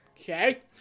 Okay